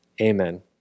Amen